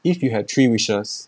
if you have three wishes